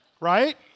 Right